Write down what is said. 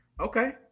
Okay